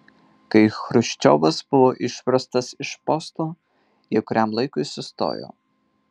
kai chruščiovas buvo išverstas iš posto jie kuriam laikui sustojo